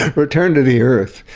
return to the earth.